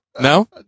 No